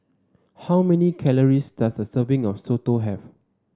how many calories does a serving of soto have